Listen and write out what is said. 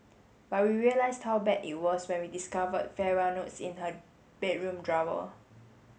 but we realised how bad it was when we discovered farewell notes in her bedroom drawer